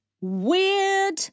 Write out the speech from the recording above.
weird